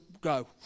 go